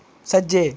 सज्जै